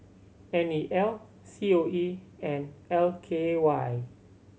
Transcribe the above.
N E L C O E and L K Y